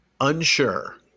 Unsure